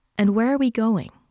and where are we going?